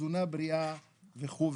תזונה בריאה וכו'.